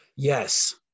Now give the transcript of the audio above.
Yes